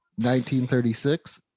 1936